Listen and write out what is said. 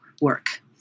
work